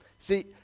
See